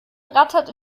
rattert